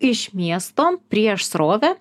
iš miesto prieš srovę